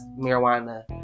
marijuana